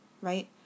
right